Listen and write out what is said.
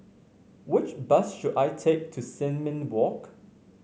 which bus should I take to Sin Ming Walk